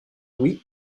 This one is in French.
louis